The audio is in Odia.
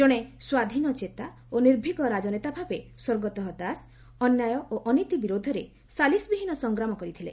ଜଣେ ସ୍ୱାଧୀନଚେତା ଓ ନିର୍ଭୀକ ରାଜନେତା ଭାବେ ସ୍ୱର୍ଗତ ଦାଶ ଅନ୍ୟାୟ ଓ ଅନୀତି ବିରୋଧରେ ସାଲିସବିହୀନ ସଂଗ୍ରାମ କରିଥିଲେ